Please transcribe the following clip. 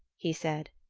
he said,